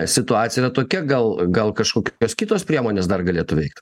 situacija yra tokia gal gal kažkokios kitos priemonės dar galėtų veikt